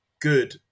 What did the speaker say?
good